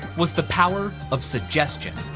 was the power of suggestion.